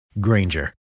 Granger